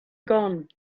gone